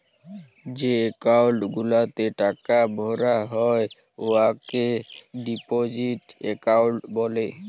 যে একাউল্ট গুলাতে টাকা ভরা হ্যয় উয়াকে ডিপজিট একাউল্ট ব্যলে